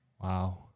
Wow